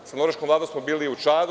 Sa norveškom vladom smo bili u Čadu.